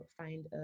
find